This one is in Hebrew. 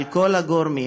על כל הגורמים,